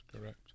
correct